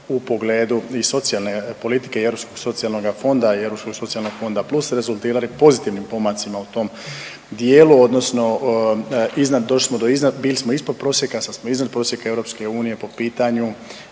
u pogledu i socijalne politike i Europskog socijalnoga fonda i Europskog socijalnog fonda+ rezultirali pozitivnim pomacima u tom dijelu odnosno iznad, došli smo do iznad, bili smo ispod prosjeka, sad smo iznad prosjeka EU po pitanju